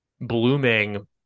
blooming